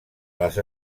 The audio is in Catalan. les